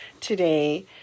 today